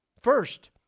First